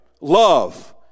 love